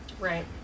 Right